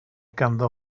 ganddo